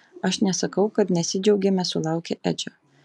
aš nesakau kad nesidžiaugėme sulaukę edžio